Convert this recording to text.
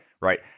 Right